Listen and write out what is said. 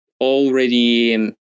already